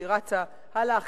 אני רצה הלאה,